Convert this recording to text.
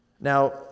Now